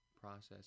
process